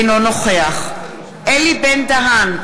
אינו נוכח אלי בן-דהן,